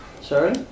sorry